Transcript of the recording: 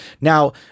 Now